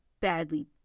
badly